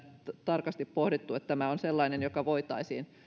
tarkasti pohdittu että tämä on sellainen joka voitaisiin